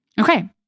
Okay